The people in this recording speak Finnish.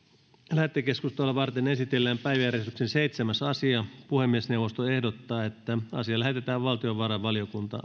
lähetekeskustelua varten esitellään päiväjärjestyksen seitsemäs asia puhemiesneuvosto ehdottaa että asia lähetetään valtiovarainvaliokuntaan